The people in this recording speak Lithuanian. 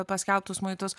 paskelbtus muitus